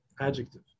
adjective